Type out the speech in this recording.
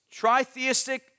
tritheistic